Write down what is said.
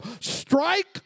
strike